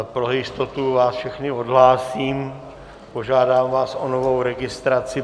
Pro jistotu vás všechny odhlásím, požádám vás o novou registraci.